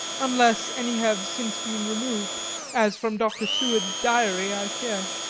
unless any have since been removed as from dr. seward's diary i fear.